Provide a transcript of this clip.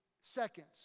seconds